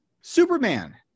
Superman